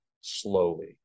slowly